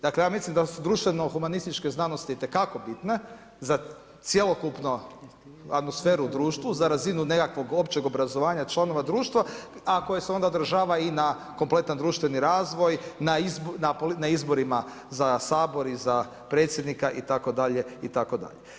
Dakle ja mislim da su društveno-humanističke znanosti itekako bitne za cjelokupnu atmosferu u društvu, za razinu nekakvog općeg obrazovanja članova društva a koje se onda održava i na kompletan društveni razvoj, na izborima za Sabor i za predsjednika itd., itd.